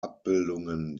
abbildungen